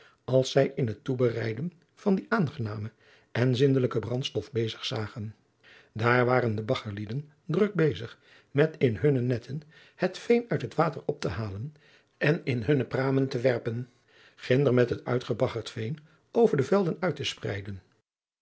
als zij in het toebereiden van die aangename en zindelijke brandstof bezig zagen daar waren de baggerlieden druk bezig met in hunne netten het veen uit het water op te halen en in hunne pramen te werpen ginder met het uitgebaggerd veen over de velden uit te spreiden